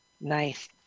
Nice